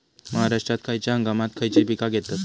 महाराष्ट्रात खयच्या हंगामांत खयची पीका घेतत?